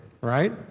right